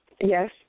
Yes